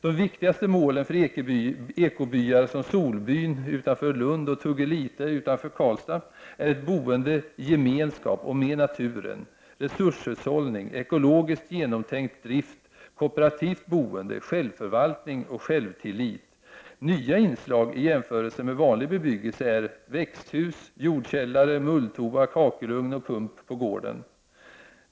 De viktigaste målen för ekobyar som Solbyn utanför Lund och Tuggelite utanför Karlstad är ett boende i gemenskap och med naturen, resurshushållning, ekologiskt genomtänkt drift, kooperativt boende, självförvaltning och självtillit. Nya inslag, i jämförelse med vanlig bebyggelse, är växthus, jordkällare, mulltoa, kakelugn och pump på gården.